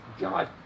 God